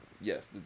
Yes